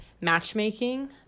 matchmaking